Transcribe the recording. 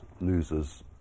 losers